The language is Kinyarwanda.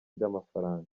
ry’amafaranga